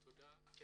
תודה.